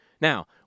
Now